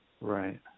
Right